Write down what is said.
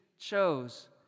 chose